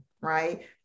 right